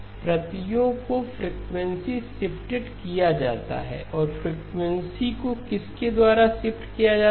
प्रतियों को frequency shifted किया जाता है और फ्रीक्वेंसी को किसके द्वारा शिफ्ट किया जाता है